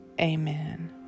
Amen